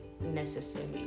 necessary